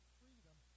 freedom